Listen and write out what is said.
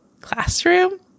classroom